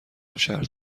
شرط